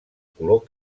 color